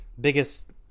biggest